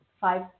Five